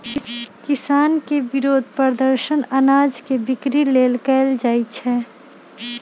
किसान के विरोध प्रदर्शन अनाज के बिक्री लेल कएल जाइ छै